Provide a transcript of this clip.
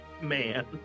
man